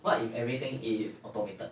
what if everything is automated